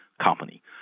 company